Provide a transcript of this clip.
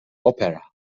opera